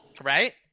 Right